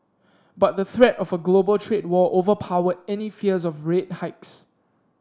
but the threat of a global trade war overpowered any fears of rate hikes